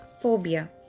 Phobia